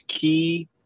key